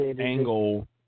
Angle